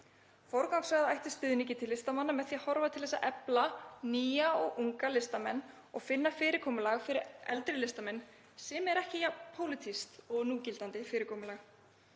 Forgangsraða ætti stuðningi til listamanna með því að horfa til þess að efla nýja og unga listamenn og finna fyrirkomulag fyrir eldri listamenn sem er ekki jafn pólitískt og núgildandi fyrirkomulag.